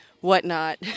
whatnot